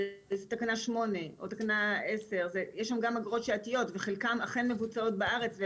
זה תקנה 8 או תקנה 10. יש שם גם אגרות שעתיות וחלקן אכן מבוצעות בארץ.